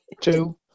Two